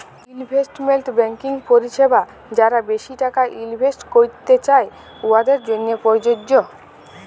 investment banking পরিছেবা যারা বেশি টাকা ইলভেস্ট ক্যইরতে চায়, উয়াদের জ্যনহে পরযজ্য